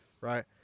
Right